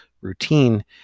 routine